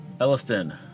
Elliston